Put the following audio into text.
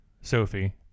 Sophie